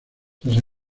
tras